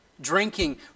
drinking